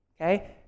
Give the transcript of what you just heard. okay